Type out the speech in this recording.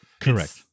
Correct